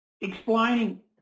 explaining